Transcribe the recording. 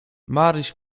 maryś